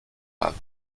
avre